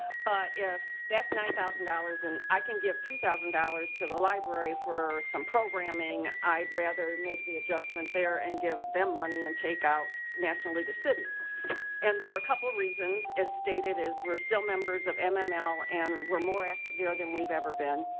but if that's nine thousand dollars and i can give two thousand dollars to the library for some programming, i'd rather make the adjustment there and give them money on, take out national league of cities and for a couple reasons, as stated is we're still members of um ah mml and we're more active there than we've ever been.